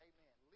Amen